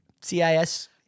CIS